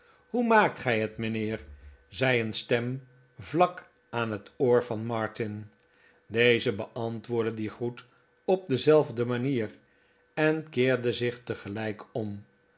hoe maakt gij het mijnheer zei een stem vlak aan het oor van martin deze beantwoordde dien groet op dezelfde manier en keerde zich tegelijk om